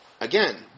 again